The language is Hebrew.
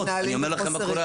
אנשים.